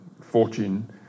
fortune